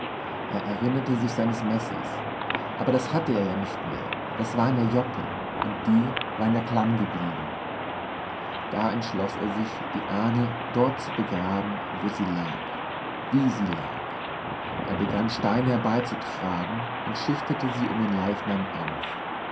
er erinnerte sich seines messers aber das hatte er ja nicht mehr das war in der joppe und die war in der klamm geblieben da entschloß er sich die ahnl dort zu bestatten wo sie lag wie sie lag er begann steine herbeizutragen und schichtete sie um den leichnam auf